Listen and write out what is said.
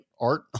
art